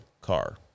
car